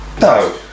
no